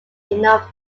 enough